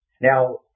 Now